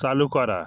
চালু করা